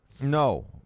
No